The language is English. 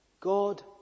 God